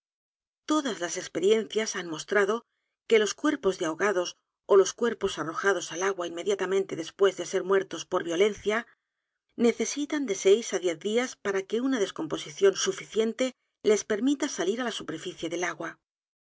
todas las experiencias muestran dice ese diario que los cuerpos de ahogados ó los cuerpos arrojados al a g u a inmediatamente d e s pués de muertos por violencia necesitan de seis á diez días p a r a que una descomposición suficiente les permita salir á la superficie del agua